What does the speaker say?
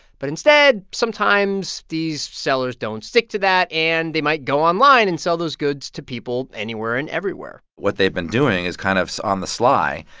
but instead, sometimes, these sellers don't stick to that, and they might go online and sell those goods to people anywhere and everywhere what they've been doing is kind of, on the sly,